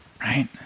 Right